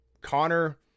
Connor